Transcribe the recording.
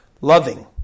Loving